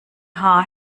haar